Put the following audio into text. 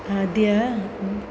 आद्या